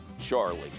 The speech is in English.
Charlie